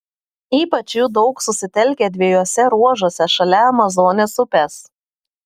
ypač jų daug susitelkę dviejuose ruožuose šalia amazonės upės